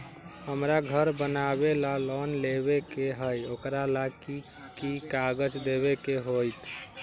हमरा घर बनाबे ला लोन लेबे के है, ओकरा ला कि कि काग़ज देबे के होयत?